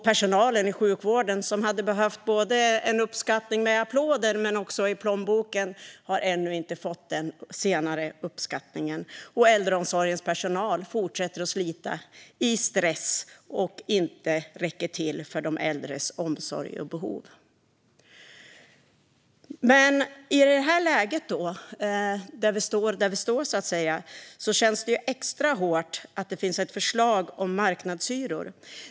Personalen i sjukvården, som hade behövt uppskattning både med applåder och i plånboken, har ännu inte fått den senare uppskattningen. Äldreomsorgens personal fortsätter att slita i stress och räcker inte till för de äldres omsorgsbehov. I det läge där vi står känns det extra hårt att det finns ett förslag om marknadshyror.